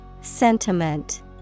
Sentiment